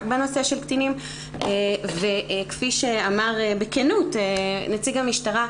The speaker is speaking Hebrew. בנושא של קטינים וכפי שאמר בכנות נציג המשטרה,